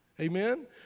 Amen